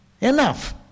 enough